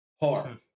hard